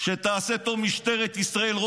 שתעשה טוב משטרת ישראל,